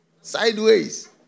sideways